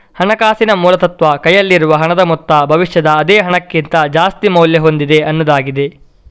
ಹಣಕಾಸಿನ ಮೂಲ ತತ್ವ ಕೈಯಲ್ಲಿರುವ ಹಣದ ಮೊತ್ತ ಭವಿಷ್ಯದ ಅದೇ ಹಣಕ್ಕಿಂತ ಜಾಸ್ತಿ ಮೌಲ್ಯ ಹೊಂದಿದೆ ಅನ್ನುದಾಗಿದೆ